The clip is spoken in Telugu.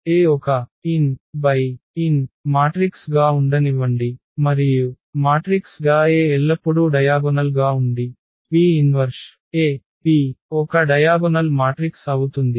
A ఒక nn మాట్రిక్స్ గా ఉండనివ్వండి మరియు మాట్రిక్స్ గా A ఎల్లప్పుడూ డయాగొనల్ గా ఉండి P 1AP ఒక డయాగొనల్ మాట్రిక్స్ అవుతుంది